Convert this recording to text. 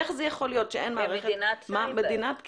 איך זה יכול להיות שאין מערכת --- במדינת סייבר.